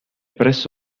presso